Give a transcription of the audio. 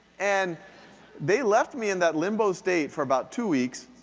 and they left me in that limbo state for about two weeks.